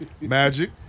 Magic